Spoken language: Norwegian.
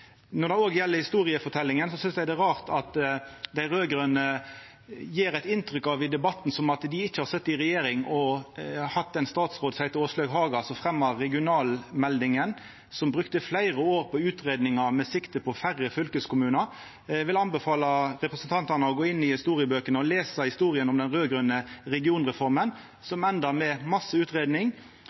når det gjeld historieforteljing, synest eg det er rart at dei raud-grøne gjev eit inntrykk av i debatten at dei ikkje har sete i regjering og hatt ein statsråd som heitte Åslaug Haga, som fremja regionalmeldinga, og som brukte fleire år på utgreiingar med sikte på færre fylkeskommunar. Eg vil anbefala representantane å gå inn i historiebøkene og lesa historia om den raud-grøne regionreforma, som enda med masse